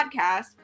podcast